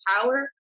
power